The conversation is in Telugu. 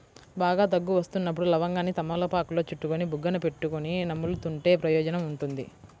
బాగా దగ్గు వస్తున్నప్పుడు లవంగాన్ని తమలపాకులో చుట్టుకొని బుగ్గన పెట్టుకొని నములుతుంటే ప్రయోజనం ఉంటుంది